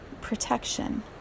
protection